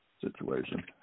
situation